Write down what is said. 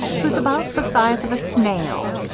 who's about the size of a snail.